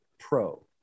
pro